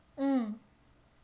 mm